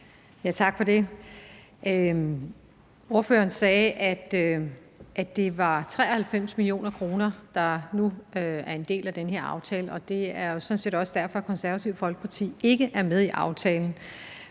Tak for det. Ordføreren sagde, at det er 93 mio. kr., der nu er en del af den her aftale, og det er sådan set også derfor, at Det Konservative Folkeparti ikke er med i aftalen.